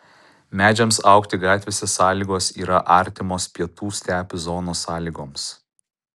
medžiams augti gatvėse sąlygos yra artimos pietų stepių zonos sąlygoms